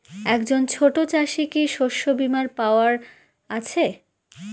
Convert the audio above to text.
একজন ছোট চাষি কি শস্যবিমার পাওয়ার আছে?